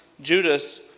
Judas